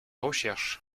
recherche